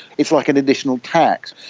it's like an additional tax.